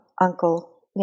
Uncle